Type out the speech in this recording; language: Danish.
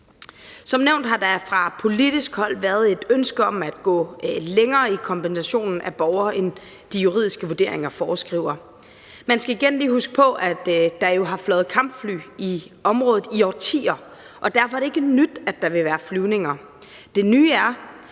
Som nævnt har der fra politisk hold været et ønske om at gå længere i kompensationen af borgere, end de juridiske vurderinger foreskriver. Man skal igen lige huske på, at der jo har fløjet kampfly i området i årtier. Derfor er det ikke nyt, at der vil være flyvninger. Det nye er,